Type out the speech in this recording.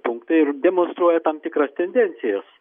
punktai demonstruoja tam tikras tendencijas